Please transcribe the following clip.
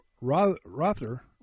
Rother